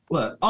Look